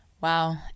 wow